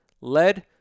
Lead